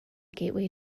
gateway